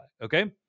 Okay